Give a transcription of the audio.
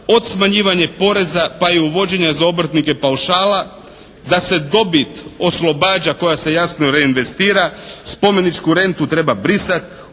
od smanjivanja poreza pa i uvođenja za obrtnike paušala, da se dobit oslobađa koja se jasno reincestira, spomeničku rentu treba brisati,